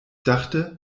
dachte